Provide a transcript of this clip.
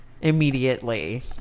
immediately